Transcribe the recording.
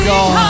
God